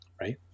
right